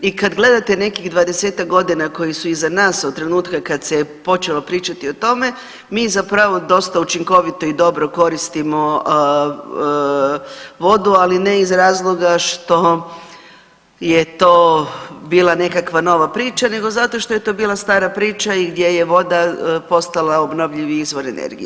I kad gledate nekih dvadesetak godina koji su iza nas od trenutka kad se počelo pričati o tome mi zapravo dosta učinkovito i dobro koristimo vodu, ali ne iz razloga što je to bila nekakva nova priča, nego zato što je to bila stara priča i gdje je voda postala obnovljivi izvor energije.